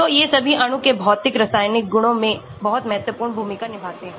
तो ये सभी अणु के भौतिक रासायनिक गुणों में बहुत महत्वपूर्ण भूमिका निभाते हैं